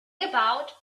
gebaut